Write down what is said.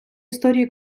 історії